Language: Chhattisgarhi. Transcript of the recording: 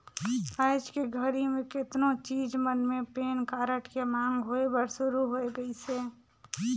आयज के घरी मे केतनो चीच मन मे पेन कारड के मांग होय बर सुरू हो गइसे